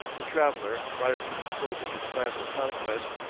the traveller, prior to disclosing his plans of conquest,